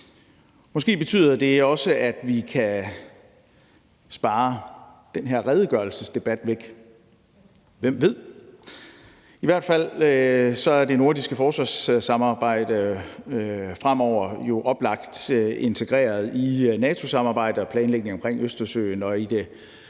Måske betyder det også, at vi kan spare den her redegørelsesdebat væk, hvem ved? I hvert fald er det nordiske forsvarssamarbejde fremover jo oplagt integreret i NATO-samarbejdet og planlægningen omkring Østersøen og i det